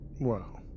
Wow